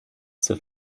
zur